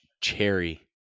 cherry